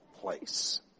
place